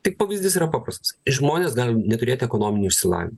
tai pavyzdys yra paprastas žmonės gali neturėti ekonominio išsilavinimo